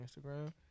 Instagram